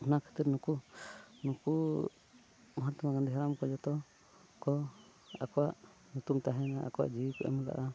ᱚᱱᱟ ᱠᱷᱟᱹᱛᱤᱨ ᱱᱩᱠᱩ ᱱᱩᱠᱩ ᱢᱚᱦᱟᱛᱢᱟ ᱜᱟᱹᱱᱫᱷᱤ ᱦᱟᱲᱟᱢ ᱠᱚ ᱡᱚᱛᱚ ᱠᱚ ᱟᱠᱚᱣᱟᱜ ᱧᱩᱛᱩᱢ ᱛᱟᱦᱮᱸᱭᱮᱱᱟ ᱟᱠᱚᱣᱟᱜ ᱧᱩᱛᱩᱢ ᱠᱚ ᱮᱢ ᱞᱮᱜᱼᱟ